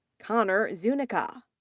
conner zunica.